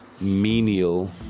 menial